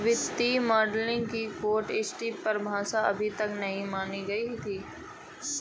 वित्तीय मॉडलिंग की कोई सटीक परिभाषा अभी तक नहीं मानी गयी है